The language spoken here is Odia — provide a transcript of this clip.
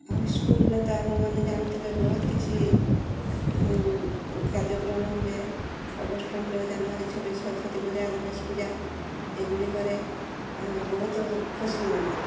ଆଉ ସ୍କୁଲ୍ରେ ତ ଆପଣମାନେ ଜାଣିଥିବେ ବହୁତ କିଛି କାର୍ଯ୍ୟକ୍ରମ ହୁଏ ଅଗଷ୍ଟ ପନ୍ଦର ଜାନୁଆରୀ ଛବିଶ ସରସ୍ଵତୀ ପୂଜା ଗଣେଶ ପୂଜା ଏଗୁଡ଼ିକରେ ଆମେ ବହୁତ ଖୁସି ମନାଉ